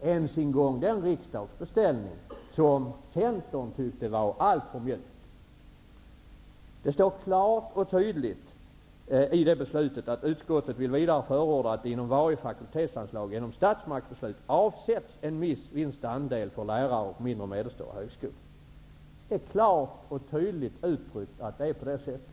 ens den riksdagsbeställning som Centern tyckte var alltför mjuk. Det står klart och tydligt i beslutet: Utskottet vill vidare förorda att det inom varje fakultetsanslag genom statsmaktens beslut avsätts en viss vinstandel för lärare och mindre och medelstora högskolor. Det är klart och tydligt uttryckt att det är på det sättet.